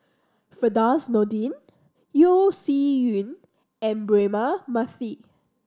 Firdaus Nordin Yeo Shih Yun and Braema Mathi